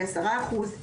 היא עשרה אחוז,